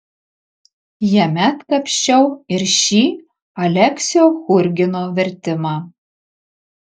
jame atkapsčiau ir šį aleksio churgino vertimą